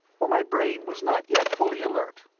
for my brain was not yet fully alert.